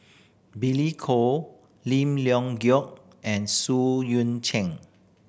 Billy Koh Lim Leong Geok and Xu Yuan Zhen